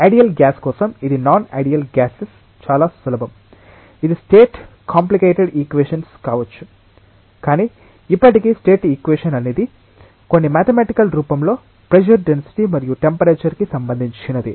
ideal gas కోసం ఇది non ideal gases చాలా సులభం ఇది స్టేట్ కాంప్లికేటెడ్ ఈక్వేషన్ కావచ్చు కాని ఇప్పటికీ స్టేట్ ఈక్వేషన్ అనేది కొన్ని మాథెమటికల్ రూపంలో ప్రెషర్ డెన్సిటీ మరియు టెంపరేచర్ కి సంబంధించినది